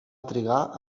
trigar